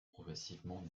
progressivement